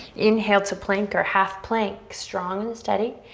inhale to plank or half plank. strong and steady.